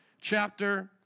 chapter